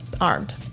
armed